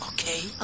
Okay